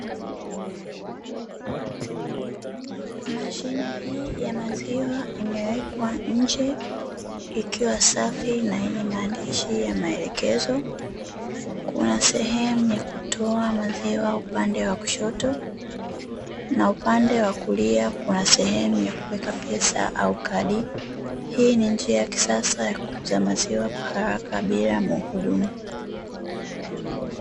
Mashine hii ya maziwa imewekwa nje ikiwa safi na yenye maandishi ya maelekezo, kuna sehemu ya kutoa maziwa upande wa kushoto na upande wa kulia kuna sehemu ya kuweka pesa au kadi, hii ni njia yua kisasa ya kuuza maziwa bila muhudumu.